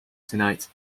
tonight